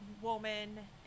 woman